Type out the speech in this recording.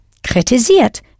Kritisiert